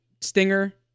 stinger